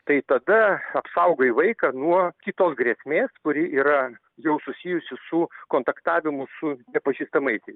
tai tada apsaugoji vaiką nuo kitos grėsmės kuri yra jau susijusi su kontaktavimu su nepažįstamaisiai